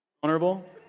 vulnerable